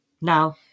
Now